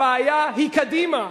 הבעיה היא קדימה.